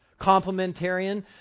Complementarian